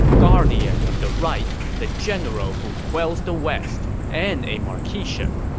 guardian of the right, the general who quells the west. and a marquiship.